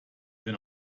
denn